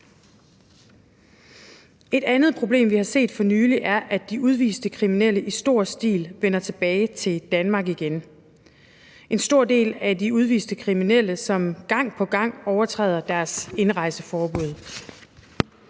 Et andet problem, vi har set for nylig, er, at de udviste kriminelle i stor stil vender tilbage til Danmark igen, en stor del af de udviste kriminelle, som gang på gang overtræder deres indrejseforbud.